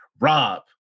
Rob